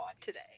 today